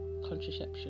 contraception